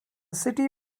city